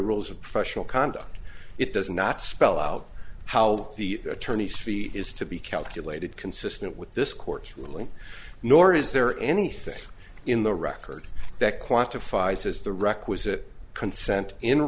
rules of professional conduct it does not spell out how the attorney's fee is to be calculated consistent with this court's ruling nor is there anything in the record that quantify says the requisite consent in